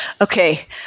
Okay